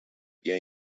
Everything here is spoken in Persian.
بیا